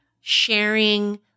Sharing